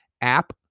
app